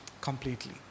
completely